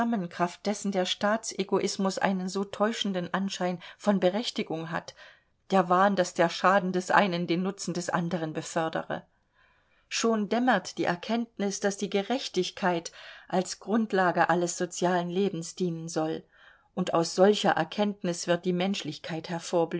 kraft dessen der staatsegoismus einen so täuschenden anschein von berechtigung hat der wahn daß der schaden des einen den nutzen des anderen befördere schon dämmert die erkenntnis daß die gerechtigkeit als grundlage alles sozialen lebens dienen soll und aus solcher erkenntnis wird die menschlichkeit